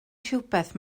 rhywbeth